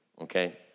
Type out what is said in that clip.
Okay